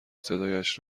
صدایش